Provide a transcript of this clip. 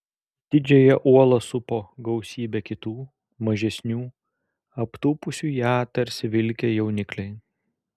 didžiąją uolą supo gausybė kitų mažesnių aptūpusių ją tarsi vilkę jaunikliai